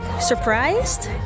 surprised